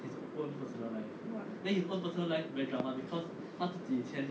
!wah!